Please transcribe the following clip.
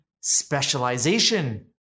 specialization